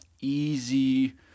easy